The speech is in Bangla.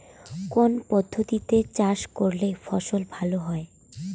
কোন পদ্ধতিতে চাষ করলে ফসল ভালো হয়?